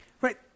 Right